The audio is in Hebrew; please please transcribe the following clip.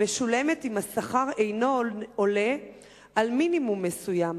משולמת אם השכר אינו עולה על מינימום מסוים.